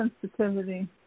sensitivity